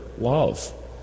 love